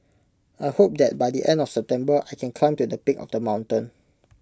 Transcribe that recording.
I hope that by the end of September I can climb to the peak of the mountain